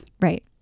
right